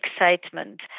excitement